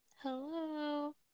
Hello